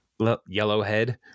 yellowhead